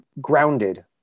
grounded